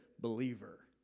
believer